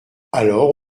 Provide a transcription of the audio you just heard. alors